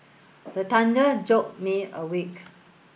the thunder jolt me awake